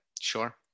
sure